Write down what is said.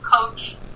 coach